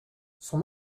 son